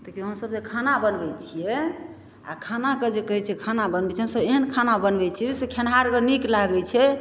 देखिऔ हमसब जे खाना बनबै छिए आओर खानाके जे कहै छै खाना बनबै छै हमसब एहन खाना बनबै छिए से खेनिहारके नीक लागै छै